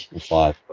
Five